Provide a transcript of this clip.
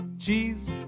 cheese